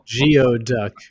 Geoduck